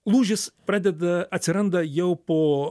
lūžis pradeda atsiranda jau po